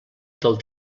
del